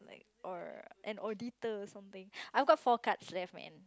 or an auditor or something I got four cards left man